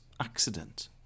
accident